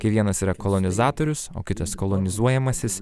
kiekvienas yra kolonizatorius o kitas kolonizuojamasis